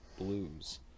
Blues